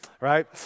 right